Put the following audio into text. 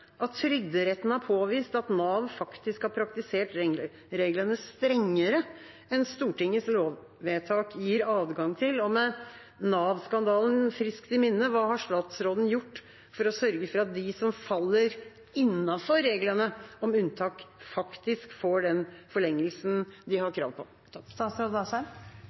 at Trygderetten har påvist at Nav faktisk har praktisert reglene strengere enn Stortingets lovvedtak gir adgang til. Med Nav-skandalen friskt i minne, hva har statsråden gjort for å sørge for at de som faller innenfor reglene om unntak, faktisk får den forlengelsen de har krav på?